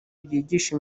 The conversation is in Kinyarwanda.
ryigisha